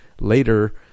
later